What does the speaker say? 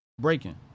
Breaking